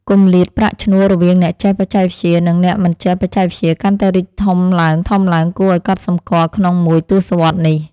គម្លាតប្រាក់ឈ្នួលរវាងអ្នកចេះបច្ចេកវិទ្យានិងអ្នកមិនចេះបច្ចេកវិទ្យាកាន់តែរីកធំឡើងៗគួរឱ្យកត់សម្គាល់ក្នុងមួយទសវត្សរ៍នេះ។